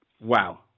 Wow